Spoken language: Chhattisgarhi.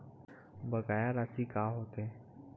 बकाया राशि का होथे?